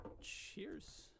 cheers